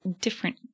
different